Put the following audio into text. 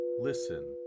listen